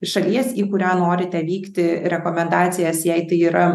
šalies į kurią norite vykti rekomendacijas jei tai yra